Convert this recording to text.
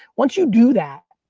once you do that,